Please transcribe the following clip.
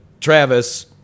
Travis